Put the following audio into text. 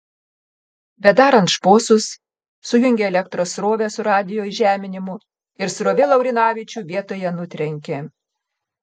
bedarant šposus sujungė elektros srovę su radijo įžeminimu ir srovė laurinavičių vietoje nutrenkė